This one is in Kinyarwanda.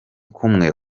kumwe